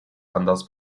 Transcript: anders